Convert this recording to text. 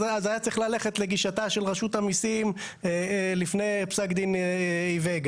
אז היה צריך ללכת לגישתה של רשות המיסים לפני פסק דין וגה,